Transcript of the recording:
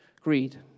greed